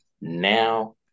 now